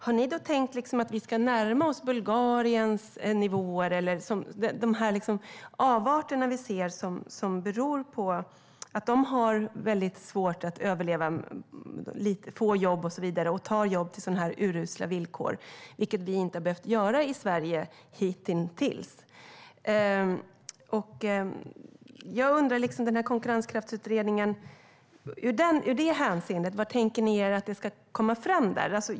Har ni tänkt er att vi ska närma oss Bulgariens nivåer eller de avarter vi ser som beror på att de har väldigt svårt att överleva, få jobb och så vidare, och därför tar jobb till urusla villkor, vilket vi inte behövt göra i Sverige hitintills? Vad tänker ni er i det hänseendet att en konkurrenskraftsutredning ska komma fram till?